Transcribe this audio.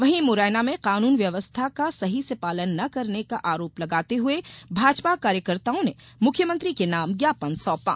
वहीं मुरैना में कानून व्यवस्था का सही से पालन न करने का आरोप लगाते हुए भाजपा कार्यकर्ताओं ने मुख्यमंत्री के नाम ज्ञापन सौंपा